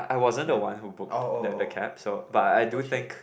oh wait oh oh oh orh orh orh chey